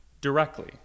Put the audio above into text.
directly